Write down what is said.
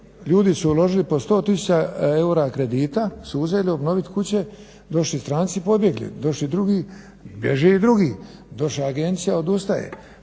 ljudi su uložili po 100 tisuća eura kredita su uzeli, obnovit kuće, došli stranci pobjegli, došli drugi, bježe i drugi, došla agencija odustaje.